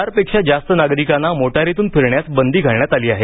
चारपेक्षा जास्त नागरिकांना मोटारीतून फिरण्यास बंदी घालण्यात आली आहे